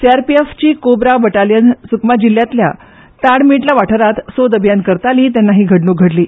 सी R P F ची cobra battalion Sukma जिल्ल्यातल्या ताइमेटला वाठारात सोद अभियान करताली तेन्ना ही घटण्क जाली